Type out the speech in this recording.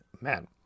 Man